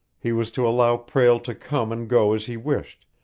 he was to allow prale to come and go as he wished,